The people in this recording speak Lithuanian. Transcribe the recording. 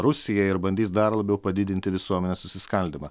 rusija ir bandys dar labiau padidinti visuomenės susiskaldymą